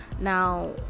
now